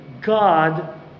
God